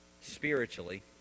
spiritually